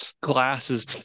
glasses